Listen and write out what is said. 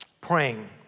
Praying